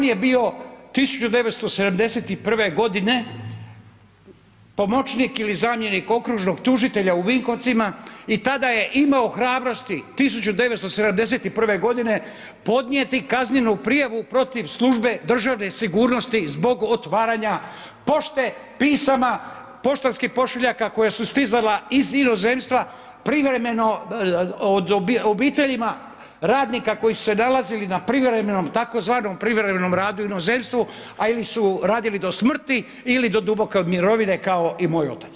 On je bio 1971. godine pomoćnik ili zamjenik okružnog tužitelja u Vinkovcima i tada je imao hrabrosti 1971. godine podnijeti kaznenu prijavu protiv Službe državne sigurnosti zbog otvaranja pošte, pisama, poštanskih pošiljaka koja su stizala iz inozemstva privremeno obiteljima radnika koji su se nalazili na privremenom, tzv. privremenom radu u inozemstvu ili su radili do smrti ili do duboke mirovine kao i moj otac.